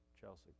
Chelsea